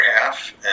half